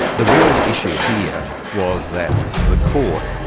the real issue here was that the court,